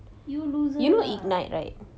you loser lah